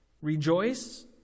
Rejoice